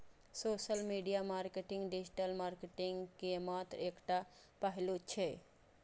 social media marketing digital marketing के मात्र एकटा पहलू छियै